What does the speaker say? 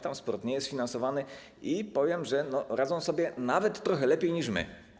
Tam sport nie jest finansowany i powiem, że radzą sobie nawet trochę lepiej niż my.